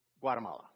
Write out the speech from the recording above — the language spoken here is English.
Guatemala